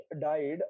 died